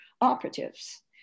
operatives